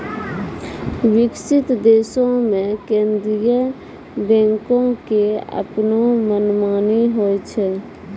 विकसित देशो मे केन्द्रीय बैंको के अपनो मनमानी होय छै